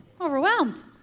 overwhelmed